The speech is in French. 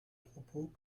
propos